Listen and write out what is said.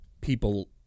people